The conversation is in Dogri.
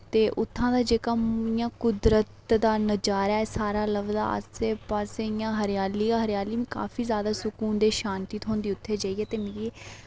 ते उत्थां दा जेह्का इयां कुदरत दा नजारा ऐ सारा लभदा आस्सै पास्सै इयां हरेयाली गै हरेयाली मि काफी ज्यादा सुकून ते शांति थ्होंदी उत्थै जाइयै ते मिकी